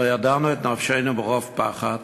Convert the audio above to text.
לא ידענו את נפשנו מרוב פחד.